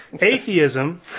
Atheism